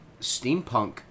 steampunk